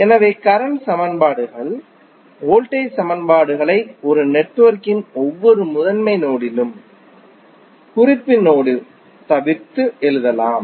எனவே கரண்ட் சமன்பாடுகள் வோல்டேஜ் சமன்பாடுகளை ஒரு நெட்வொர்க்கின் ஒவ்வொரு முதன்மை நோடிலும் குறிப்பு நோடு தவிர்த்து எழுதலாம்